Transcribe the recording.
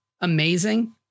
amazing